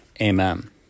Amen